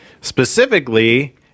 Specifically